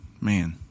man